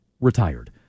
retired